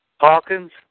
Hawkins